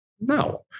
No